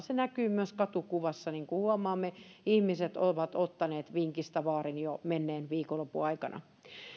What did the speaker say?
se näkyy myös katukuvassa niin kuin huomaamme ihmiset ovat ottaneet vinkistä vaarin jo menneen viikonlopun aikana